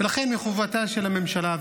ולכן מחובתה של הממשלה,